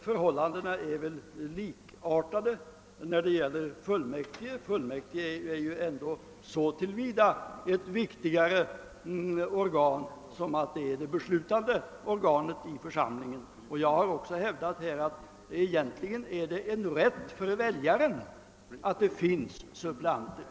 Förhållandena är väl likartade när det gäller fullmäktige som ju spelar en ändå viktigare roll, då de är det beslutande organet. Jag har också hävdat att väljaren egentligen har rätt att kräva suppleanter.